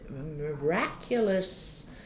miraculous